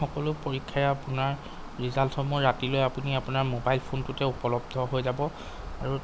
সকলো পৰীক্ষাই আপোনাৰ ৰিজাল্টসমূহ ৰাতিলৈ আপুনি আপোনাৰ ম'বাইল ফোনটোতে উপলব্ধ হৈ যাব আৰু